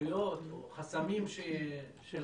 רשויות או חסמים של הרשויות?